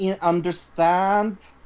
understand